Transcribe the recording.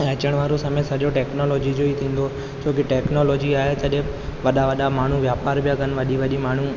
ऐं अचणु वारो सॼो समय टेक्नोलॉजी जो ई थींदो छोकी टेक्नोलॉजी आहे तॾहिं वॾा वॾा माण्हू वापारु पिया कनि वॾी वॾी माण्हू